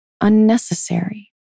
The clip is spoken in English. unnecessary